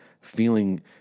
feeling